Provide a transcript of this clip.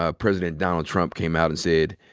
ah president donald trump came out and said,